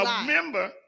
remember